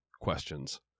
questions